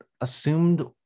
assumed